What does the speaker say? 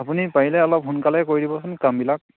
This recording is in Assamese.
আপুনি পাৰিলে অলপ সোনকালে কৰি দিবচোন কামবিলাক